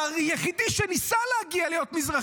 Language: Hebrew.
והיחידי המזרחי שניסה להגיע ולהיות,